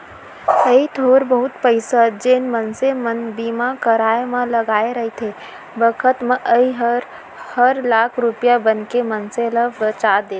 अइ थोर बहुत पइसा जेन मनसे मन बीमा कराय म लगाय रथें बखत म अइ हर लाख रूपया बनके मनसे ल बचा देथे